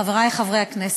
חבריי חברי הכנסת,